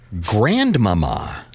Grandmama